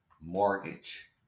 mortgage